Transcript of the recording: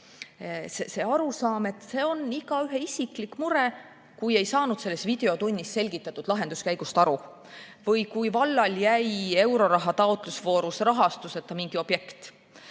see arusaam, et see on igaühe isiklik mure, kui ei saanud videotunnis selgitatud lahenduskäigust aru või kui vallal jäi eurorahataotluse voorus mingi objekt